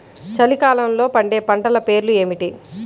చలికాలంలో పండే పంటల పేర్లు ఏమిటీ?